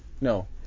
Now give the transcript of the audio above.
No